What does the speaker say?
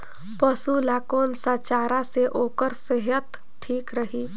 पशु ला कोन स चारा से ओकर सेहत ठीक रही?